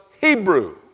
Hebrew